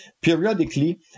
periodically